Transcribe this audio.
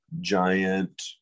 giant